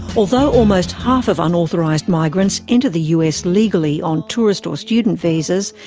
although almost half of unauthorised migrants enter the us legally on tourist or student visas,